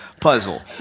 puzzle